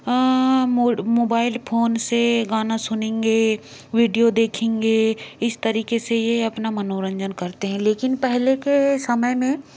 mobile phone से गाना सुनेंगे विडियो देखेंगे इस तरीके से ये अपना मनोरंजन करते हैं लेकिन पहले के समय में